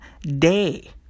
day